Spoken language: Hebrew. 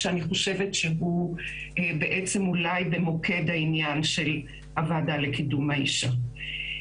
שאני חושבת שהוא בעצם אולי במוקד העניין של הוועדה לקידום האישה.